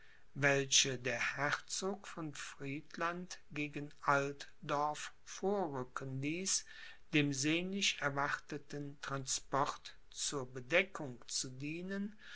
welche der herzog von friedland gegen altdorf vorrücken ließ dem sehnlich erwarteten transport zur bedeckung zu dienen